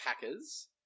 Packers